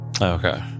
Okay